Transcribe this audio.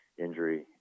injury